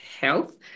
health